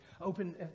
Open